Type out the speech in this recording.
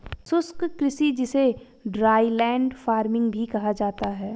शुष्क कृषि जिसे ड्राईलैंड फार्मिंग भी कहा जाता है